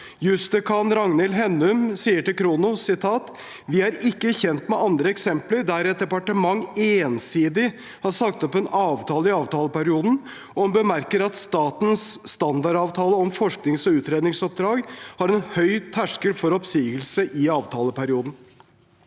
Jussdekan Ragnhild Hennum sier til Khrono at «de ikke er kjent med andre eksempler der et departement ensidig har sagt opp en avtale i avtaleperioden, og bemerker at statens standardavtale om forsknings- og utredningsoppdrag setter en høy terskel for oppsigelse i avtaleperioden».